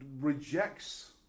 rejects